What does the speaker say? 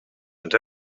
and